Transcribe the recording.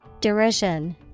Derision